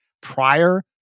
prior